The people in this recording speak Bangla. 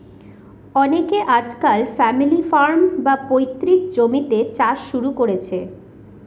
অনকে আজকাল ফ্যামিলি ফার্ম, বা পৈতৃক জমিতে চাষ শুরু করেছে